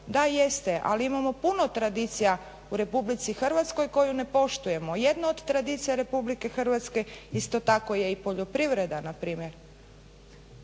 Da, jeste, ali imamo puno tradicija u Republici Hrvatskoj koju ne poštujemo. Jedno od tradicija Republike Hrvatske isto tako je i poljoprivreda npr.,